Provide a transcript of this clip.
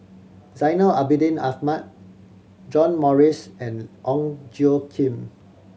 Zainal Abidin Ahmad John Morrice and Ong Tjoe Kim